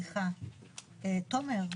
תומר,